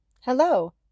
Hello